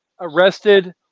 arrested